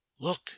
Look